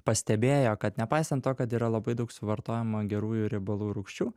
pastebėjo kad nepaisant to kad yra labai daug suvartojama gerųjų riebalų rūgščių